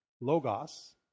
Logos